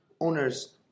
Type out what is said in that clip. owners